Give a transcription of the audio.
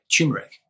turmeric